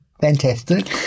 fantastic